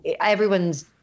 everyone's